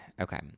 Okay